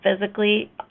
physically